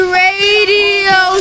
radio